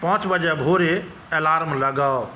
पाँच बजे भोरे अलार्म लगाउ